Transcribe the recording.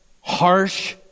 harsh